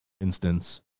instance